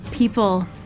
People